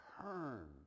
turn